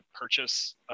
purchase